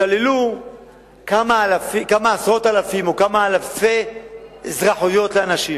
כמה עשרות אלפים או כמה אלפי אזרחויות לאנשים.